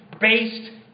based